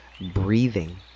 breathing